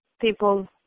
people